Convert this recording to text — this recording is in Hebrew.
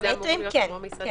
המטרים, כן.